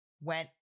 went